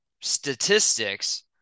statistics